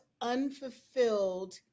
unfulfilled